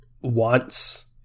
wants